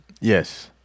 Yes